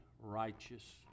righteous